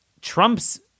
Trump's